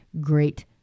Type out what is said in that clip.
great